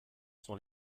sont